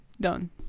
Done